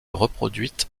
reproduite